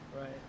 Right